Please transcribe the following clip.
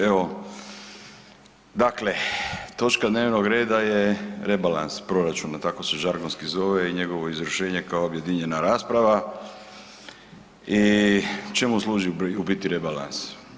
Evo dakle, točka dnevnog reda je rebalans proračuna, tako se žargonski zove i njegovo izvršenje kao objedinjena rasprava i čemu služi u biti rebalans?